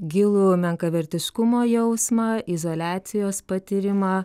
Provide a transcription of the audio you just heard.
gilų menkavertiškumo jausmą izoliacijos patyrimą